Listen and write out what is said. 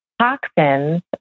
toxins